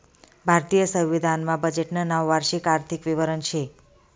भारतीय संविधान मा बजेटनं नाव वार्षिक आर्थिक विवरण शे